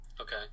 Okay